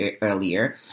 earlier